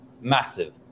massive